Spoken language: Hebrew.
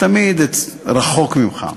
זה תמיד רחוק ממך.